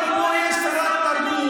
אבל פה יש שרת תרבות,